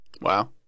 Wow